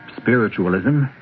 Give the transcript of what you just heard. spiritualism